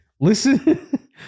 Listen